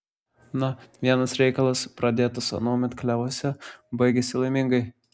na vienas reikalas pradėtas anuomet klevuose baigiasi laimingai